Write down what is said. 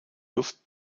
luft